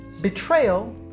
betrayal